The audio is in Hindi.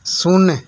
शून्य